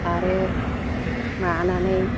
आरो माबानानै